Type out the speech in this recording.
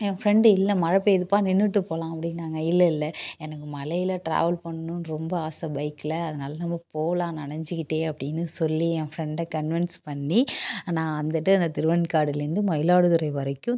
என் friend இல்லை மழை பெய்யுதுப்பா நின்னுகிட்டு போகலாம் அப்படின்னாங்க இல்லை இல்லை எனக்கு மழையில் ட்ராவல் பண்ணணும்னு ரொம்ப ஆசை பைக்ல அதனால் நம்ம போகலாம் நனஞ்சிக்கிட்டே அப்படின்னு சொல்லி என் ஃப்ரெண்டை கன்வென்ஸ் பண்ணி நான் வந்துட்டு அந்த திருவெண்காடுலேந்து மயிலாடுதுறை வரைக்கும்